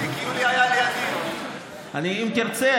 אם תרצה,